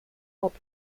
hot